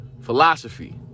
philosophy